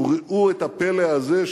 וראו את הפלא הזה,